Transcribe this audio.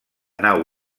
nau